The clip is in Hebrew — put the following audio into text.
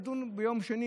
וידונו על זה ביום שני,